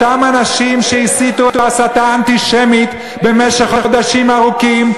אותם אנשים שהסיתו הסתה אנטישמית במשך חודשים ארוכים,